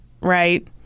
Right